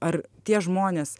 ar tie žmonės